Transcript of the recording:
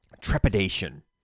trepidation